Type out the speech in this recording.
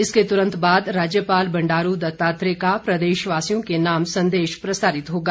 इसके तुरंत बाद राज्यपाल बंडारू दत्तात्रेय का प्रदेशवासियों के नाम संदेश प्रसारित होगा